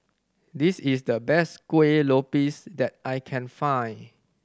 this is the best Kueh Lopes that I can find